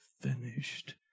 finished